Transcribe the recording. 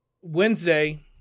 Wednesday